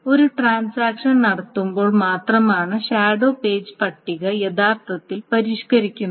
ഒരു ട്രാൻസാക്ഷൻ നടത്തുമ്പോൾ മാത്രമാണ് ഷാഡോ പേജ് പട്ടിക യഥാർത്ഥത്തിൽ പരിഷ്ക്കരിക്കുന്നത്